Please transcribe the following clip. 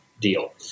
deal